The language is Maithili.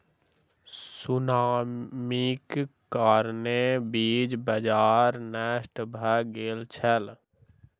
सुनामीक कारणेँ बीज बाजार नष्ट भ गेल छल